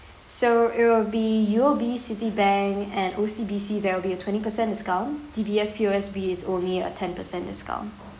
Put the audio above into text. so it'll be U_O_B citibank and O_C_B_C there will be a twenty percent discount D_B_S P_O_S_B is only a ten percent discount